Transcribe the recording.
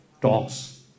talks